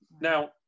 Now